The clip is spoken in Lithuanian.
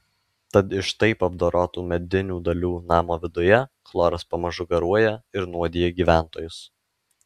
tad iš taip apdorotų medinių dalių namo viduje chloras pamažu garuoja ir nuodija gyventojus